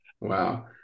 Wow